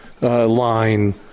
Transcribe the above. line